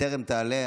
בטרם תעלה,